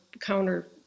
counter